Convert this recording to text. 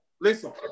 Listen